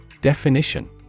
Definition